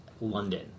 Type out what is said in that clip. London